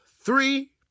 three